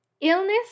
Illness